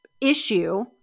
issue